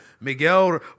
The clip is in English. Miguel